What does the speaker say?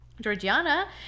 Georgiana